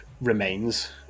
remains